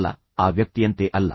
ಇದು ಆರಂಭಿಕ ಪ್ರತಿಕ್ರಿಯೆಯಾಗಿದೆ